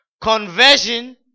Conversion